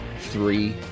Three